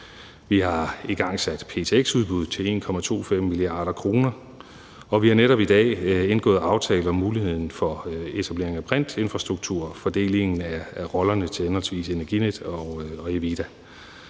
Vi har igangsat ptx-udbud til 1,25 mia. kr., og vi har netop i dag indgået aftale om muligheden for etablering af brintinfrastruktur og fordelingen af rollerne til henholdsvis Energinet og Evida.